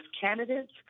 candidates